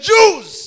Jews